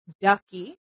Ducky